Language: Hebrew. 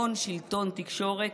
הון-שלטון-תקשורת,